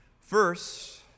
First